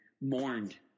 mourned